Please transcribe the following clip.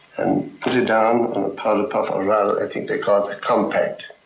and put it down in a powder puff, i think they call it a compact,